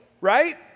right